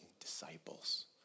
disciples